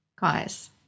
guys